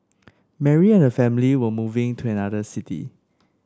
Mary and her family were moving to another city